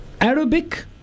Arabic